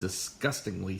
disgustingly